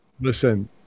Listen –